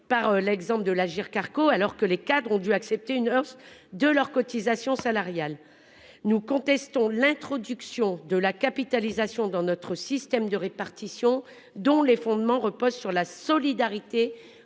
l'exemple de l'Agirc-Arrco, alors que les cadres ont dû accepter une hausse de leurs cotisations salariales. Nous contestons l'introduction de la capitalisation dans notre système par répartition, dont les fondements reposent sur la solidarité